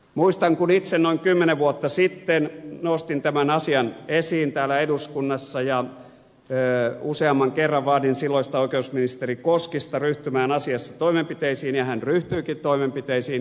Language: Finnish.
muistan kun itse noin kymmenen vuotta sitten nostin tämän asian esiin täällä eduskunnassa ja useamman kerran vaadin silloista oikeusministeri koskista ryhtymään asiassa toimenpiteisiin ja hän ryhtyikin toimenpiteisiin